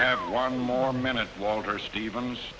have one more minute walter stevens